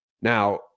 Now